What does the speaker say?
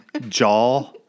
jaw